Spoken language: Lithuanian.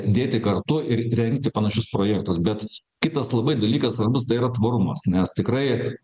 dėti kartu ir rengti panašius projektus bet kitas labai dalykas svarbus tai yra tvarumas nes tikrai